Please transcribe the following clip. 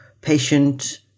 patient